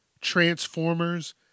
Transformers